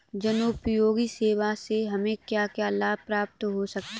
जनोपयोगी सेवा से हमें क्या क्या लाभ प्राप्त हो सकते हैं?